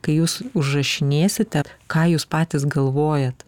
kai jūs užrašinėsite ką jūs patys galvojat